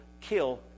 kill